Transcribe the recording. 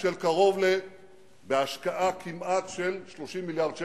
של קרוב בהשקעה כמעט של 30 מיליארד,